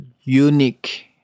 unique